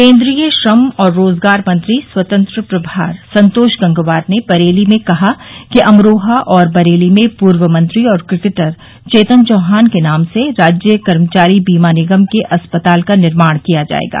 केन्द्रीय श्रम और रोजगार मंत्री स्वतंत्र प्रभार संतोष गंगवार ने बरेली में कहा कि अमरोहा और बरेली में पूर्व मंत्री और क्रिकेटर चेतन चौहान के नाम से राज्य कर्मचारी बीमा निगम के अस्पताल का निर्माण किया जायेगा